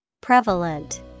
Prevalent